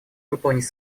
выполнить